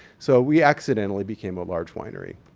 so, we accidentally became a large winery.